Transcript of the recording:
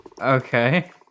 Okay